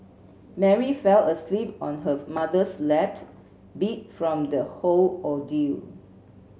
Mary fell asleep on her mother's lap beat from the whole ordeal